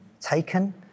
taken